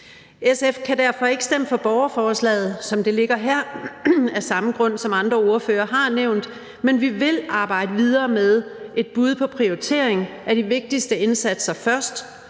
SF kan derfor ikke stemme for borgerforslaget, som det ligger her, og det er af samme grund, som andre ordførere har nævnt, men vi vil arbejde videre med et bud på en prioritering af de vigtigste indsatser først,